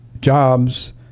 jobs